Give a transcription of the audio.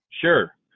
Sure